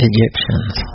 Egyptians